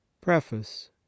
Preface